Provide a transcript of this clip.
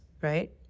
right